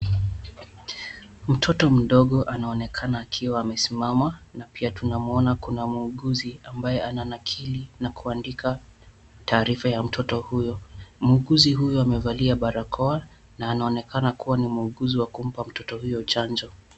Mtotto mdogo anaonekana akiwa amesimama na pia tunamuona kuna muuguzi ambaye ananakili na kuandika taarifa ya mtoto huyo. Muuguzi huyu amevalia barakoa na anaonekana ni muuguzi wakumpa mtoto huyo chanjo.